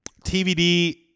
TVD